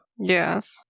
Yes